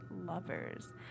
lovers